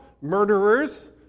murderers